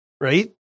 right